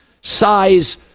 size